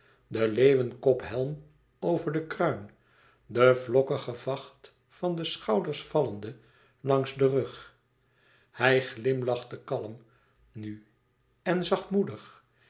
den leeuwenkophelm over den kruin de vlokkige vacht van de schouders vallende langs den rug hij glimlachte kalm nu en